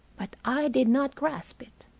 but i did not grasp it.